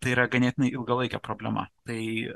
tai yra ganėtinai ilgalaikė problema tai